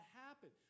happen